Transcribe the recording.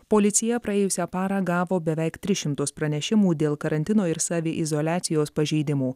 policija praėjusią parą gavo beveik tris šimtus pranešimų dėl karantino ir saviizoliacijos pažeidimų